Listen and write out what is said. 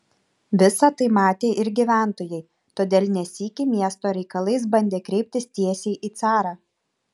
visa tai matė ir gyventojai todėl ne sykį miesto reikalais bandė kreiptis tiesiai į carą